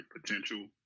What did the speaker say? potential